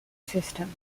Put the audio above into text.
system